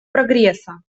прогресса